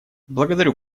благодарю